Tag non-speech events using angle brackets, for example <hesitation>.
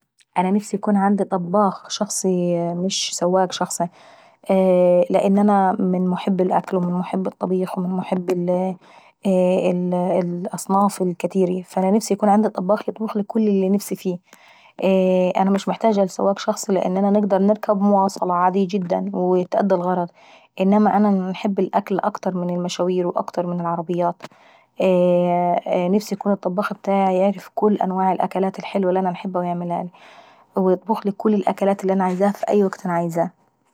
انا نفسي يكون عندي طباخ شخصي، مش سواق شخصي، لأن انا من محبي الاكل والطبيخ والاصناف الكتيري. فانا نفسي يكون عندي طباخ يطبخلي كل اللي نفسي فيه. وانا مش محتاجة لسواق شخصي لان انا نقدر نركب مواصلة عادي جدا وتأدي الغرض. إنما انا انحب الوكل اكتر من المشاوير ومن العربيات. <hesitation> نفسي يكون ابتاعي يعرف كل الوكلات الحلوة اللي انا باحبها ويعملهالي. ويطبخلي كل الاكلات اللي انا عاوزاها في أي وكت انا عاوزاه.